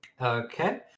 Okay